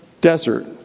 desert